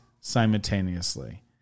simultaneously